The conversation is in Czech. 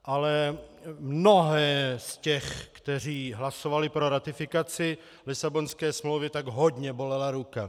Ale mnohé z těch, kteří hlasovali pro ratifikaci Lisabonské smlouvy, hodně bolela ruka.